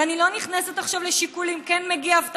ואני לא נכנסת עכשיו לשיקולים של כן מגיעה אבטחה,